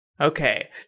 Okay